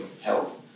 health